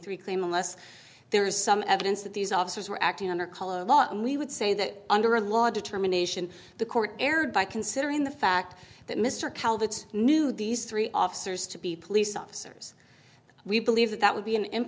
three claim unless there is some evidence that these officers were acting under color law and we would say that under a law determination the court erred by considering the fact that mr calvert's knew these three officers to be police officers we believe that that would be an